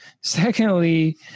Secondly